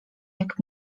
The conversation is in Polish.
jak